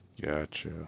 Gotcha